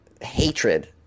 hatred